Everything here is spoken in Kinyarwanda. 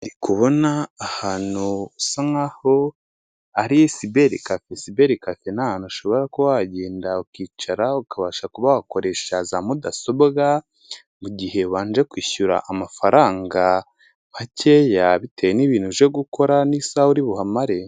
Ndikubona ahantu bisa nkaho ari siberi kafe. Siberi kafe ni ahantu ushobora kuba wagenda ukicara, ukabasha kuba wakoresha za mudasobwa mu gihe ubanje kwishyura amafaranga makeya bitewe n'ibintu uje gukora n'isaha uri buhamare.